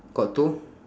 got two